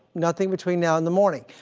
nothing between now and the morning.